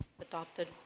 adopted